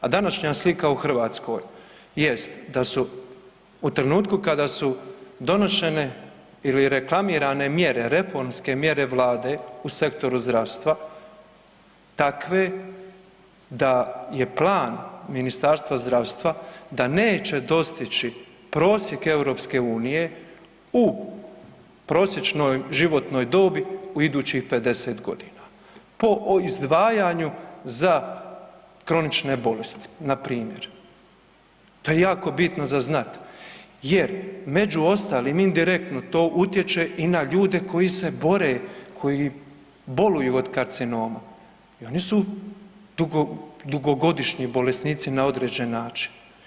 A današnja slika u Hrvatskoj jest da su u trenutku kada su donošene ili reklamirane mjere, reformske mjere vlade u sektoru zdravstva takve da je plan Ministarstva zdravstva da neće dostići prosjek EU u prosječnoj životnoj dobi u idućih 50.g. po izdvajanju za kronične bolesti npr. To je jako bitno za znat jer među ostalim indirektno to utječe i na ljude koji se bore, koji boluju od karcinoma i oni su dugogodišnji bolesnici na određen način.